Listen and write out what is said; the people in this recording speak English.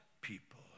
people